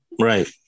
right